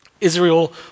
Israel